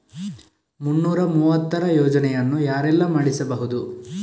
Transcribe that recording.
ಮುನ್ನೂರ ಮೂವತ್ತರ ಯೋಜನೆಯನ್ನು ಯಾರೆಲ್ಲ ಮಾಡಿಸಬಹುದು?